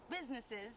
businesses